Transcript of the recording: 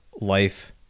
life